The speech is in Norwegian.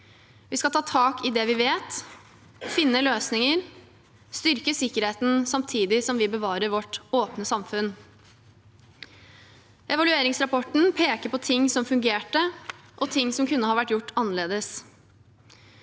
Vi skal ta tak i det vi vet, finne løsninger og styrke sikkerheten, samtidig som vi bevarer vårt åpne samfunn. Evalueringsrapporten peker på ting som fungerte, og ting som kunne vært gjort annerledes.